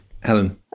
Helen